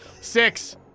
six